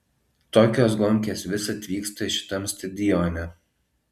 tokios gonkės visad vyksta šitam stadione